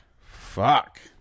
Fuck